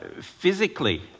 physically